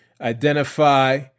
Identify